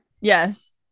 Yes